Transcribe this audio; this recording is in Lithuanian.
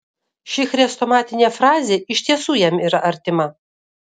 ši chrestomatinė frazė iš tiesų jam yra artima